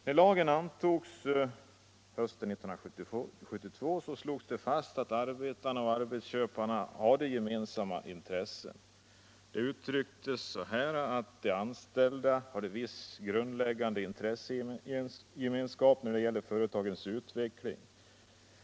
När lagen antogs av riksdagen hösten 1972 slogs det fast att arbetarna och arbetsköparna hade gemensamma intressen. Det uttrycktes så att de anställda skulle ha ”viss grundläggande intressegemenskap när det gäller företagets utveckling.